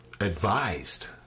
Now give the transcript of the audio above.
advised